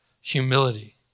humility